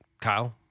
Kyle